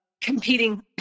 competing